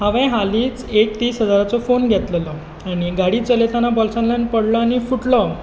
हांवें हालींच एक तीस हजाराचो फोन घेतलेलो आनी गाडी चलयताना बॉल्सांतल्यान पडलो आनी फुटलो